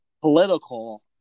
political